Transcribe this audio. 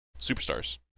Superstars